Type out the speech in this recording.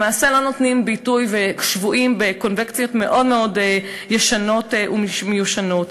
למעשה לא נותנים ביטוי ושבויים בקונוונציות מאוד ישנות ומיושנות.